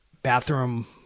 Bathroom